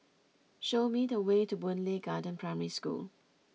show me the way to Boon Lay Garden Primary School